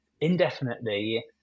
indefinitely